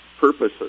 purposes